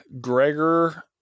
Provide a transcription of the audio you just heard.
Gregor